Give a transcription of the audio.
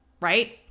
Right